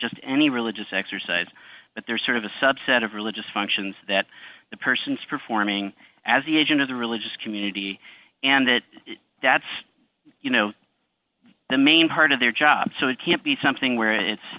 just any religious exercise but they're sort of a subset of religious functions that the person is performing as the agent of the religious community and that that's you know the main part of their job so it can't be something where it's